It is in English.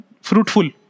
fruitful